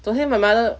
昨天 my mother